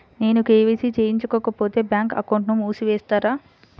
నేను కే.వై.సి చేయించుకోకపోతే బ్యాంక్ అకౌంట్ను మూసివేస్తారా?